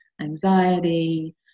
anxiety